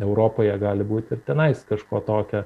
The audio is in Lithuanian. europoje gali būti ir tenai kažko tokio